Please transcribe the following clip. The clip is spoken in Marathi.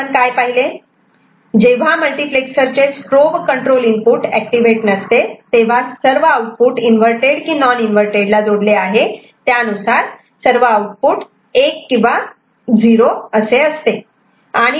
आपण काय पाहिले जेव्हा मल्टिप्लेक्सरचे strobe control input activate नसते तेव्हा आउटपुट इन्व्हर्टरटेड inverted0 की नॉन इन्व्हर्टरटेड ला जोडले आहे त्यानुसार सर्व आउटपुट 1 किंवा सर्व आउटपुट 0 असते